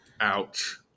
Ouch